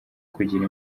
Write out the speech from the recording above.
kugira